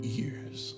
years